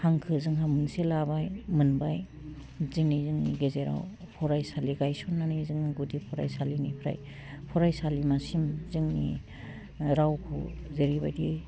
हांखो जोंहा मोनसे लाबाय मोनबाय दिनै जोंनि गेजेराव फरायसालि गायसननानै जोङो गुदि फरायसालिनिफ्राइ फरायसालिमासिम जोंनि रावखौ जेरैबायदि